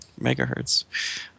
megahertz